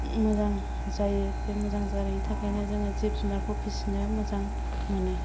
मोजां जायो बे मोजां जानायनि थाखायनो जोङो जिब जुनारखौ फिसिनो मोजां मोनो